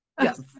Yes